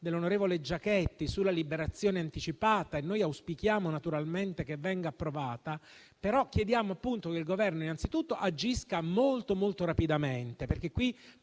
dell'onorevole Giachetti sulla liberazione anticipata e noi auspichiamo naturalmente che venga approvata. Chiediamo però che il Governo, innanzitutto, agisca molto rapidamente, perché qui